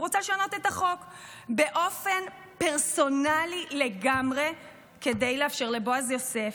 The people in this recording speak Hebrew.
הוא רוצה לשנות את החוק באופן פרסונלי לגמרי כדי לאפשר לבועז יוסף,